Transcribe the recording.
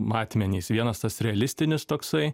matmenys vienas tas realistinis toksai